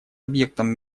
объектом